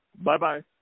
Bye-bye